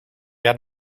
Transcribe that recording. had